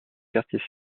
quartiers